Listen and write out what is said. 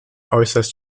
äußerst